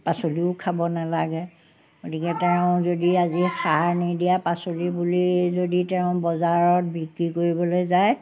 পাচলিও খাব নালাগে গতিকে তেওঁ যদি আজি সাৰ নিদিয়া পাচলি বুলি যদি তেওঁ বজাৰত বিক্ৰী কৰিবলৈ যায়